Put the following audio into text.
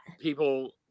People